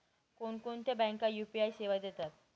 कोणकोणत्या बँका यू.पी.आय सेवा देतात?